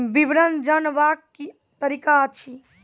विवरण जानवाक की तरीका अछि?